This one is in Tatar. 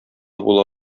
була